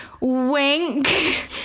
Wink